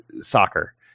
soccer